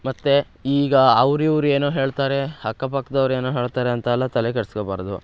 ಮತ್ತು ಈಗ ಅವ್ರು ಇವ್ರು ಏನೋ ಹೇಳ್ತಾರೆ ಅಕ್ಕಪಕ್ದವ್ರ್ ಏನೋ ಹೇಳ್ತಾರೆ ಅಂತೆಲ್ಲ ತಲೆ ಕೆಡಿಸ್ಕೋಬಾರ್ದು